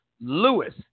Lewis